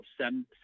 send